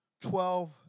Twelve